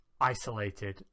isolated